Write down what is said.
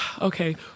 okay